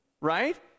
right